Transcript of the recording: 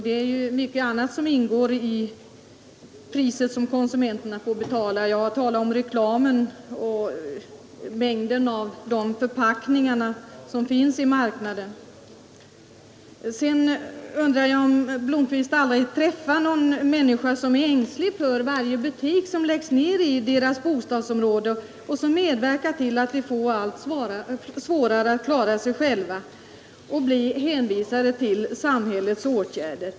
Det är mycket som ingår i de priser konsumenterna får betala; jag har talat om reklamen och om mängden av förpackningar som finns på marknaden. Jag undrar om herr Blomkvist aldrig träffar någon av alla de människor som är ängsliga över att butikerna i deras bostadsområden läggs ned, vilket medverkar till att de får allt svårare att klara sig själva och blir hänvisade till samhällets åtgärder.